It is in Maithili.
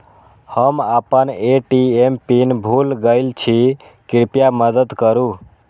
हम आपन ए.टी.एम पिन भूल गईल छी, कृपया मदद करू